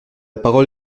parole